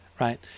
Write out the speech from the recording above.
Right